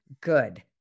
good